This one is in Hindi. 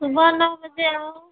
सुबह नौ बजे आओ